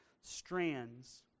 strands